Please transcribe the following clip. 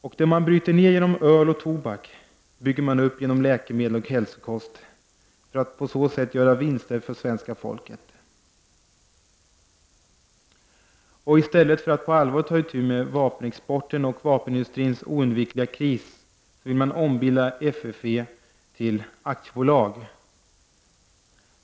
Och det de bryter ned genom öl och tobak bygger de upp genom läkemedel och hälsokost för att på så sätt göra vinster för svenska folket. I stället för att på allvar ta itu med vapenexporten och vapenindustrins oundvikliga kris vill man ombilda FFV till aktiebolag.